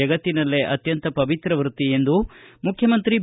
ಜಗತ್ತಿನಲ್ಲೇ ಅತ್ತಂತ ಪವಿತ್ರ ವೃತ್ತಿ ಎಂದು ಮುಖ್ಯಮಂತ್ರಿ ಬಿ